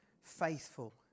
faithful